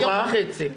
מנוחה,